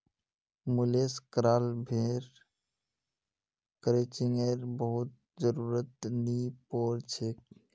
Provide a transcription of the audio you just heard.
मुलेस कराल भेड़क क्रचिंगेर बहुत जरुरत नी पोर छेक